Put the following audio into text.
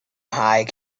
high